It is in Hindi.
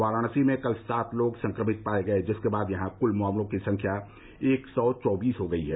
वाराणसी में कल सात लोग संक्रमित पाये गए जिसके बाद यहां कुल मामलों की संख्या एक सौ चौबीस हो गई है